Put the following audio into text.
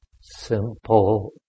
simple